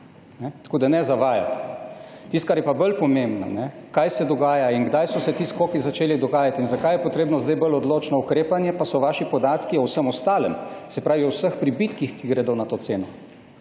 tako da ne zavajati. Tisto, kar je pa bolj pomembno, kaj se dogaja in kdaj so se ti skoki začeli dogajati in zakaj je potrebno zdaj bolj odločno ukrepanje, pa so vaši podatki o vsem ostalem, se pravi o vseh pribitkih, ki gredo na to ceno.